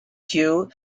queue